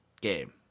game